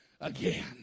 again